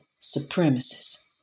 supremacists